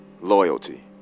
loyalty